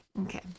Okay